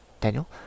Daniel